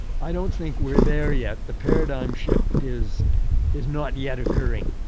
i don't think we're there yet. the paradigm shift is is not yet occurring.